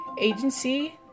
Agency